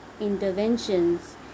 interventions